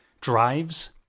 Drives